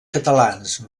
catalans